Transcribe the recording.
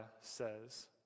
says